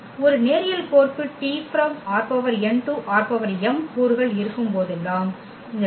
ஒரு நேரியல் கோர்ப்பு T ℝn → ℝm கூறுகள் இருக்கும்போதெல்லாம் இந்த T Ax